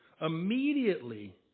Immediately